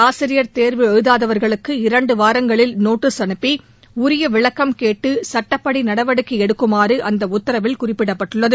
ஆசிரியர் தேர்வு எழுதாதவர்களுக்கு இரண்டு வாரங்களில் நோட்டீஸ் அனுப்பி உரிய விளக்கம் கேட்டு சட்டப்படி நடவடிக்கை எடுக்குமாறு அந்த உத்தரவில் குறிப்பிடப்பட்டுள்ளது